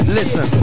Listen